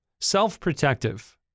self-protective